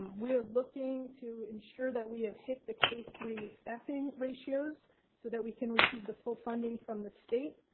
we are looking to ensure that we have hit the k three staffing ratios so that we can receive the full funding from the state.